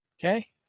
Okay